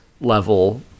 level